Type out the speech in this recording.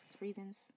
reasons